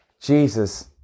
Jesus